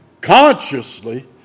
consciously